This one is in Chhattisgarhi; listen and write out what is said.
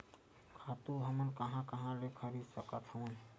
खातु हमन कहां कहा ले खरीद सकत हवन?